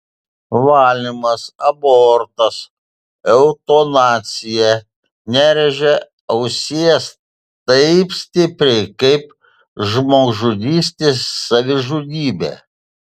valymas abortas eutanazija nerėžia ausies taip stipriai kaip žmogžudystė savižudybė